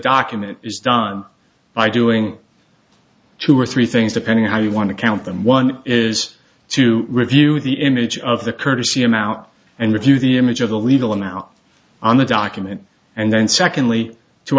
document is done by doing two or three things depending on how you want to count them one is to review the image of the curtesy i'm out and review the image of the legal now on the document and then secondly to